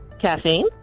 Caffeine